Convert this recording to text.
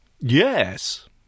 Yes